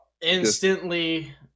instantly